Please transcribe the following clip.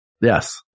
Yes